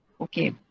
Okay